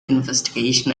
investigation